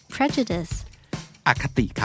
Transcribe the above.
Prejudice